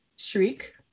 shriek